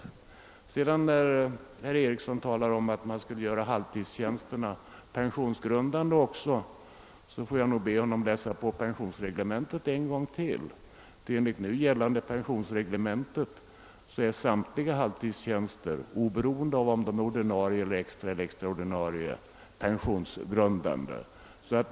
När sedan herr Eriksson i Arvika talar om att man skulle göra också halvtidstjänsterna pensionsgrundande, får jag nog be honom att ännu en gång läsa på pensionsreglementet. Enligt nu gällande pensionsreglemente är samtliga halvtidstjänster — oberoende av om de är ordinarie, extra eller extra ordinarie — pensionsgrundande.